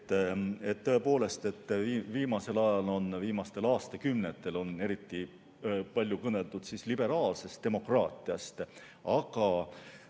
väidetu, et viimasel ajal, viimastel aastakümnetel on eriti palju kõneldud liberaalsest demokraatiast. Sel